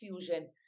fusion